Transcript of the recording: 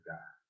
God